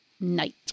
night